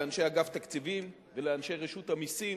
לאנשי אגף תקציבים ולאנשי רשות המסים